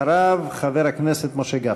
ואחריו, חבר הכנסת משה גפני.